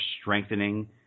strengthening